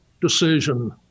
decision